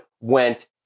went